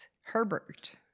Herbert